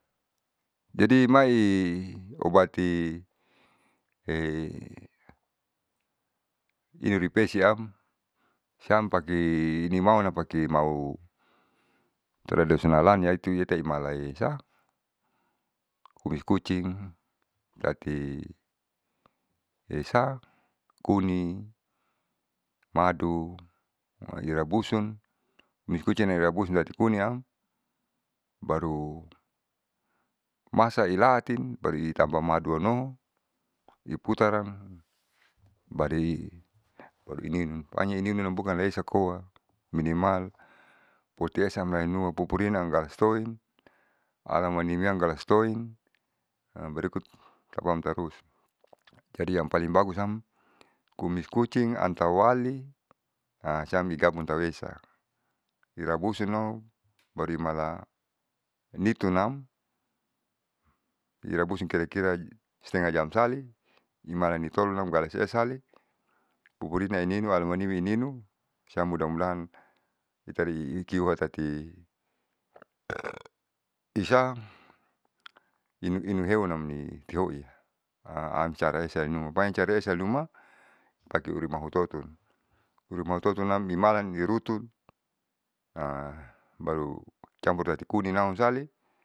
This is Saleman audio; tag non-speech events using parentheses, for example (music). Jadi mai obati (hesitation) inuripesiam siam pake inumahuna pake mahu tradisionlan malaisa kumis kucing tati hesa kuning, madu irabusun kumis kucing irabusun tati kuniam baru masailaatin baru itamba maduanoho iputaran baru i ininun pokonya ininun bukanlesa koa minimal potiesa lamnoinua pupurina amgalastoin alamanimi am galas toin (hesitation) berikut tapaam tarus (noise) jadi yang paling bagusam kumis kucing, antawali (hesitation) siam di gabung tahu esa irabusun o baru imala nitunam irabusun kira kira stengah jam sali imalanitolonam galas esali pupurina ininu alamanimi ininu siam muda mudahan itari ingkiwa (noise) isang (noise) inu inuhewanam inikoia ansaraesa inuma banya cara esa inuma pake urimahutotun urumahutotun imalan, irutun (hesitation) baru campur tati kuningam sale.